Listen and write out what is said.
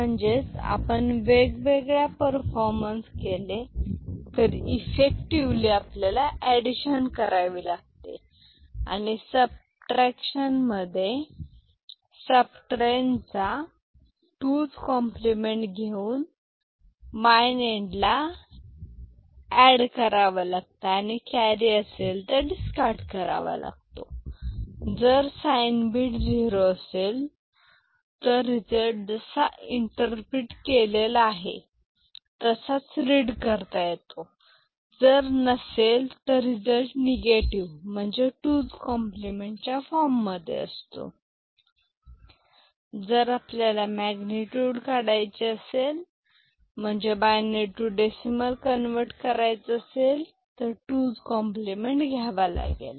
म्हणजेच आपण वेगवेगळ्या परफॉर्मन्स केले तरी इफेक्टिवेली एडिशन करावी लागते सबट्रॅक्शन मधे subtrahend चा 2s कॉम्प्लिमेंट घेऊन minuend ला ऍड आणि कॅरी असेल तर डिस्कार्ड करावा लागतो जर साईं बीट झिरो असेल तर रिझल्ट जसा इंटरप्रिट केला आहे तसा रीड करता येतो जर नसेल तर रिझल्ट निगेटिव्ह म्हणजे 2s कॉम्प्लिमेंट फॉर्ममध्ये असतो जर आपल्याला मॅग्नेटयूड काढायचे असेल म्हणजेच बायनरी टू डेसिमल कन्व्हर्ट करायचे असेल तर 2s कॉम्प्लिमेंट घ्यावा लागेल